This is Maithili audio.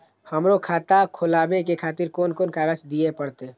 हमरो खाता खोलाबे के खातिर कोन कोन कागज दीये परतें?